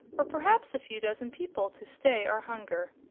or perhaps a few dozen people to stay our hunger.